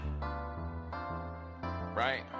right